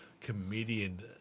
comedian